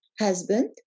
husband